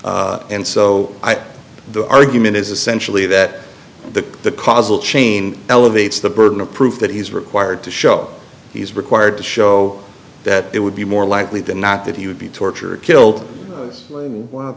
and so i the argument is essentially that the the causal chain elevates the burden of proof that he's required to show he's required to show that it would be more likely than not that he would be tortured killed w